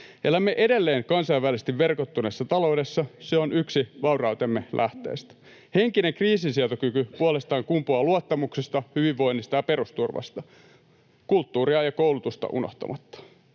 Elämme edelleen kansainvälisesti verkottuneessa taloudessa — se on yksi vaurautemme lähteistä. Henkinen kriisinsietokyky puolestaan kumpuaa luottamuksesta, hyvinvoinnista ja perusturvasta, kulttuuria ja koulutusta unohtamatta.